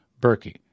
Berkey